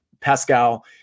Pascal